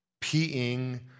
peeing